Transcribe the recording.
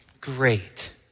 great